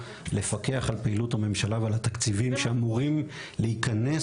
לפקח על פעילות הממשלה ועל התקציבים שאמורים להיכנס